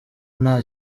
nta